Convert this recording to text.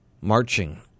marching